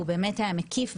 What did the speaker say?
והוא באמת היה מקיף,